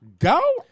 Go